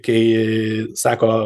kai sako